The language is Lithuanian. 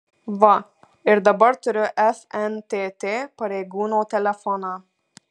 va ir dabar turiu fntt pareigūno telefoną